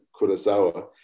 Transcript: Kurosawa